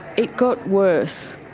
it got worse.